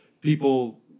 people